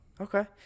Okay